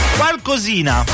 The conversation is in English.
qualcosina